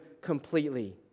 completely